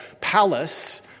palace